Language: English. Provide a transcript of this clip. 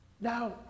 Now